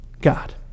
God